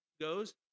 goes